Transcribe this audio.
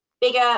bigger